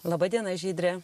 laba diena žydre